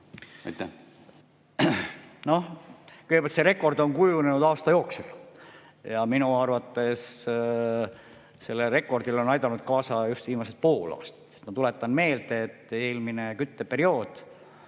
Aitäh! Kõigepealt, see rekord on kujunenud aasta jooksul ja minu arvates sellele rekordile on aidanud kaasa just viimased pool aastat. Ma tuletan meelde, et eelmine kütteperiood